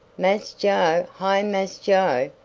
mass joe! hi mass joe!